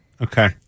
Okay